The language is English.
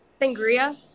Sangria